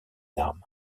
armes